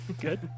Good